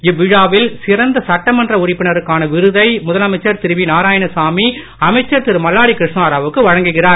இவ்விழாவில் சிறந்த சட்டமன்ற உறுப்பினருக்கான விருதை முதலமைச்சர் திரு வி நாராயணசாமி அமைச்சர் திரு மல்லாடி கிருஷ்ணா ராவுக்கு வழங்குகிறார்